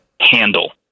handle